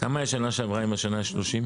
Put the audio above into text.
כמה היה שנה שעברה, אם השנה 30?